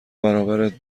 برابر